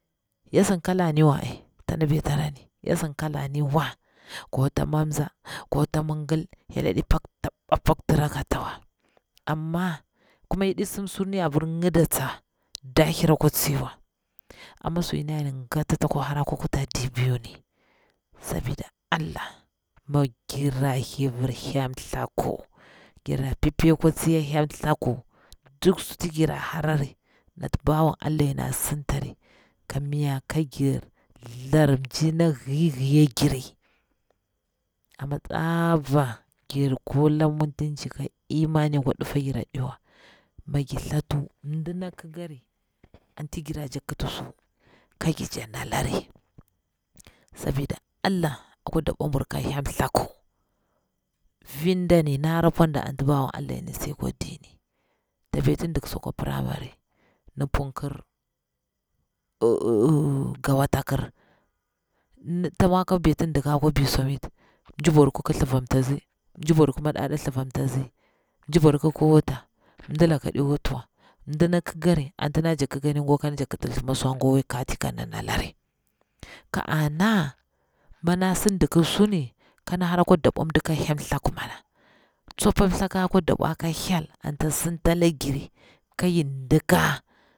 Yo sin kalari wa ai tsana betara ni ya sidi kalani wa, ko ta momze ko ta nigil, hyela ɗi taba paktira ka tswa amma kuma yaɗi simsu ni apir ƙida tsawa a kwa tsiwa amma suna yar nga tita kwa hara akwa kutadir biu ni sabida allah mi girra thlivir hyel thaku, gira pipi ekwa tsai hyelthaku, duk suti gira harari nati bawan allah ngini a sintari kam nya ka gir thlar mjina bi higiri amma tsabar gir kula mutunci, ka imani akwa difa giri aɗiwa, mi gir thatu ndi ndagir amdina kikari anti jira jakti thatu ka jir nalari, sabida allah akwa dabwa buru ka hyel tha ku vir nda ni nahar pwada anti bawan allah ngiri si akwa dini, ta ɓeti ndik su akwa primary ndi pun kir gowa ata kir, ta mwa ka ɓeti ndika akwa biu summit, mjibwa dukku ƙi thlivan tatsi, mji bwadu ku mada ɗa thlivamtatsi, mji bwadu ku madaɗa thlivamtatsi, mji bwa duku ki wuta, mji bwaduku aɗi wuti wa, mdina kikiri anti nda jakti kikani gwa kan jakti nalari thuma swa gwa wai kati kerjakti nalari, ka ana mida si ɗiki suni kon hara akwa dabwa mdi ka hyel thaku mara, tsopan ti thakar akwa dabwa ka hyel anti ta sintale gir ka yin dhika